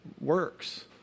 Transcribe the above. works